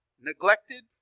neglected